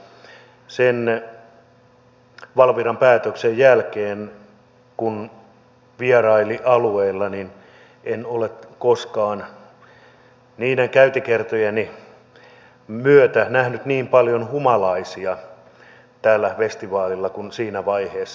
sen valviran päätöksen jälkeen kun vieraili alueella niin en ole koskaan niiden käyntikertojeni myötä nähnyt niin paljon humalaisia tällä festivaalilla kuin siinä vaiheessa